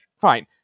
fine